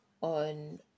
on